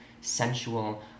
sensual